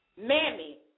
mammy